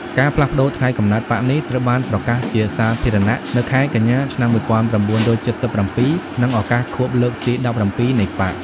ការផ្លាស់ប្តូរថ្ងៃកំណើតបក្សនេះ ត្រូវបានប្រកាសជាសាធារណៈនៅខែកញ្ញា ឆ្នាំ១៩៧៧ ក្នុងឱកាសខួបលើកទី១៧ នៃបក្ស។